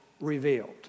revealed